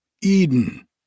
Eden